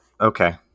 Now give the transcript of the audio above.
Okay